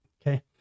okay